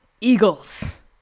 Eagles